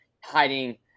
hiding